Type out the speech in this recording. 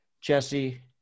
Jesse